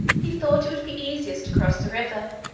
he thought it would be easiest to cross the river.